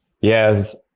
yes